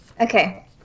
okay